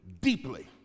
deeply